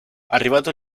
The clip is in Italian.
arrivato